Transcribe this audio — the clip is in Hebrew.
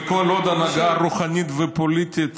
וכל עוד ההנהגה הרוחנית והפוליטית